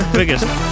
biggest